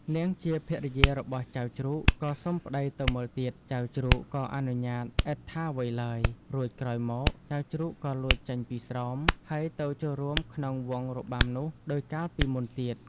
នាងជាភរិយារបស់ចៅជ្រូកក៏សុំប្ដីទៅមើលទៀត ចៅជ្រូកក៏អនុញ្ញាឥតថាអ្វីឡើយ រួចក្រោយមកចៅជ្រូកក៏លួចចេញពីស្រោម ហើយទៅចូលរួមក្នុងវង់របាំនោះ ដូចកាលពីមុនទៀត។